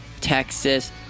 Texas